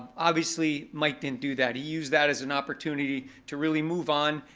obviously, mike didn't do that. he used that as an opportunity to really move on,